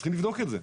צריכים לבדוק את זה.